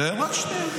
תן רק שנייה.